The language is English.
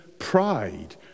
Pride